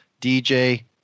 DJ